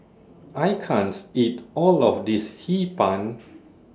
I can't eat All of This Hee Pan